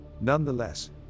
Nonetheless